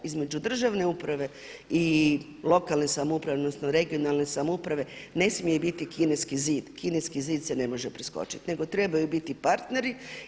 Između državne uprave i lokalne samouprave, odnosno regionalne samouprave ne smije biti Kineski zid, Kineski zid se ne može preskočiti nego trebaju biti partneri.